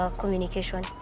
communication